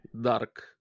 dark